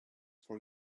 for